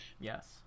Yes